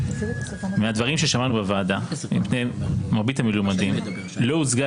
מהדברים ששמענו בוועדה ממרבית המלומדים לא הוצגה